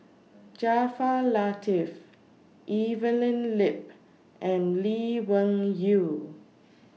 Jaafar Latiff Evelyn Lip and Lee Wung Yew